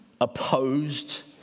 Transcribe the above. opposed